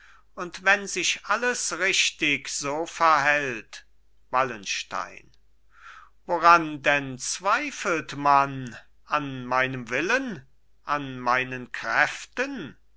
und wenn sich alles richtig so verhält wallenstein woran denn zweifelt man an meinem willen an meinen kräften